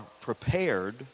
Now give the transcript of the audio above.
prepared